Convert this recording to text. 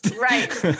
right